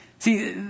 See